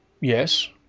Yes